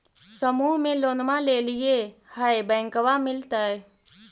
समुह मे लोनवा लेलिऐ है बैंकवा मिलतै?